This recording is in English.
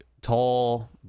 tall